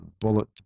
bullet